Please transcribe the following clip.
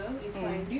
mm